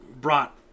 brought